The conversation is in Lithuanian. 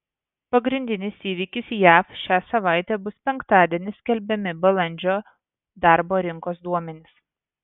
pagrindinis įvykis jav šią savaitę bus penktadienį skelbiami balandžio darbo rinkos duomenys